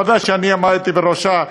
הוועדה שאני עמדתי בראשה,